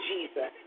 Jesus